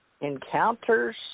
encounters